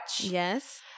Yes